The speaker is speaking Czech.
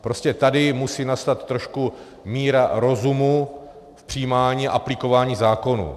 Prostě tady musí nastat trošku míra rozumu v přijímání a aplikování zákonů.